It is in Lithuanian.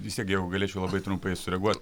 vis tiek jeigu galėčiau labai trumpai sureaguot